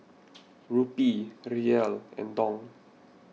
Rupee Riel and Dong